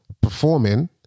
performing